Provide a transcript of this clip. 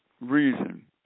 reason